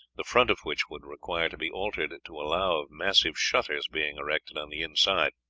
the front of which would require to be altered to allow of massive shutters being erected on the inside.